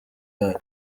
yayo